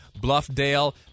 Bluffdale